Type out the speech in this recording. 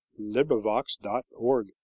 LibriVox.org